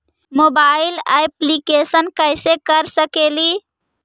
Mobile application कैसे कर सकेली?